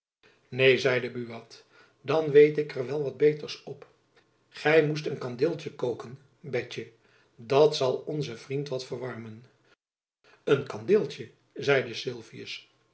neen zeide buat dan weet ik er wat beters op gy moest een kandeeltjen koken betjen dat zal onzen vriend wat verwarmen een kandeeltjen zeide